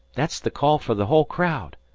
that's the call fer the whole crowd.